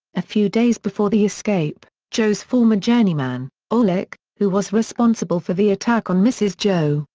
a few days before the escape, joe's former journeyman, orlick, who was responsible for the attack on mrs. joe,